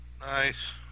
Nice